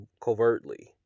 covertly